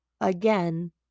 again